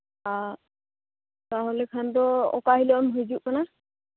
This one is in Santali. ᱟᱨ ᱛᱟᱦᱞᱮ ᱠᱷᱟᱱ ᱫᱚ ᱚᱠᱟ ᱦᱤᱞᱳᱜ ᱮᱢ ᱦᱤᱡᱩᱜ ᱠᱟᱱᱟ